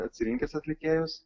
atsirinkęs atlikėjus